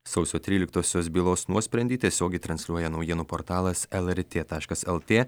sausio tryliktosios bylos nuosprendį tiesiogiai transliuoja naujienų portalas lrt taškas lt